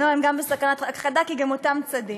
לא, הם גם בסכנת הכחדה, כי גם אותם צדים.